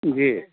जी